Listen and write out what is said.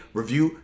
review